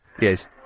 yes